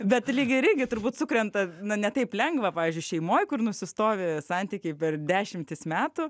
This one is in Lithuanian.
bet lygiai rigi turbūt sukrenta na ne taip lengva pavyzdžiui šeimoj kur nusistovi santykiai per dešimtis metų